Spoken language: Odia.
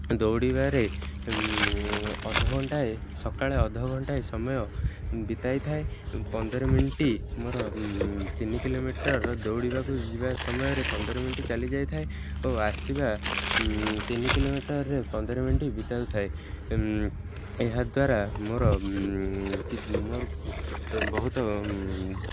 ଦୌଡ଼ିବାରେ ଅଧଘଣ୍ଟାଏ ସକାଳେ ଅଧଘଣ୍ଟାଏ ସମୟ ବିତାଇଥାଏ ପନ୍ଦର ମିନିଟ୍ ମୋର ତିନି କିଲୋମିଟର୍ ଦୌଡ଼ିବାକୁ ଯିବା ସମୟରେ ପନ୍ଦର ମିନିଟ୍ ଚାଲିଯାଇଥାଏ ଓ ଆସିବା ତିନି କିଲୋମିଟର୍ରେ ପନ୍ଦର ମିନିଟ୍ ବିତାଉଥାଏ ଏହା ଦ୍ୱାରା ମୋର ମୋର ବହୁତ